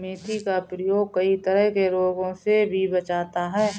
मेथी का प्रयोग कई तरह के रोगों से भी बचाता है